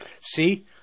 See